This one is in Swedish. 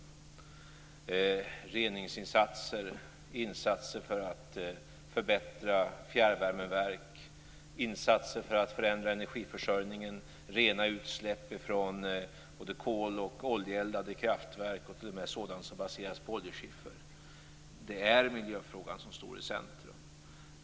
Vi gör reningsinsatser, insatser för att förbättra fjärrvärmeverk, insatser för att förändra energiförsörjningen och för att rena utsläpp från både kol och oljeeldade kraftverk och t.o.m. sådana som baseras på oljeskiffer. Det är miljöfrågan som står i centrum.